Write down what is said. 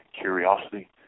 curiosity